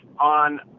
on